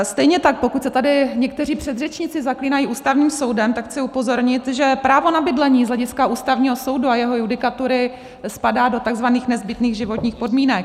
Stejně tak pokud se tady někteří předřečníci zaklínají Ústavním soudem, tak chci upozornit, že právo na bydlení z hlediska Ústavního soudu a jeho judikatury spadá do takzvaných nezbytných životních podmínek.